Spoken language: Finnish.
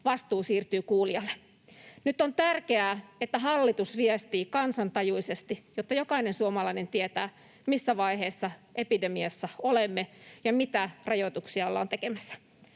vastuu siirtyy kuulijalle. Nyt on tärkeää, että hallitus viestii kansantajuisesti, jotta jokainen suomalainen tietää, missä vaiheessa epidemiassa olemme ja mitä rajoituksia ollaan tekemässä.